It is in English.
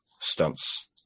stunts